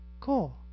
Cool